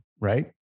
right